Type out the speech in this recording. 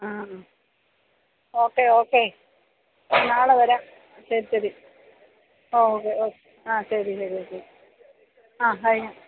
ആ ആ okay okay നാളെ വരാം ശരി ശരി ഓ ഓക്കേ ഓ ആ ശരി ശരി ശരി ആ കഴിഞ്ഞു